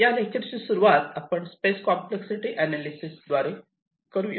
या लेक्चर ची सुरुवात आपण स्पेस कॉम्प्लेक्ससिटी अनालिसीस द्वारे करूया